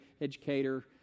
educator